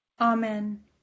Amen